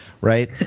right